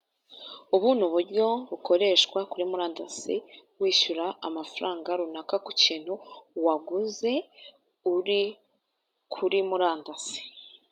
Ubundi uburyo bukoreshwa kuri murandasi wishyura amafaranga runaka ku kintu waguze uri kuri murandasi.